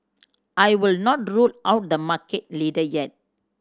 I would not rule out the market leader yet